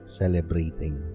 celebrating